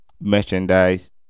merchandise